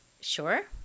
Sure